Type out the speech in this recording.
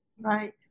Right